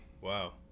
Wow